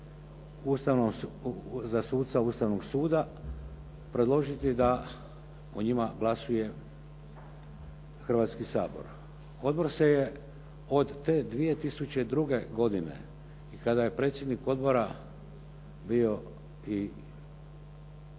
uvjete za suca Ustavnog suda predložiti da o njima glasuje Hrvatski sabor. Odbor se je od te 2002. godine kada je predsjednik odbora bio i član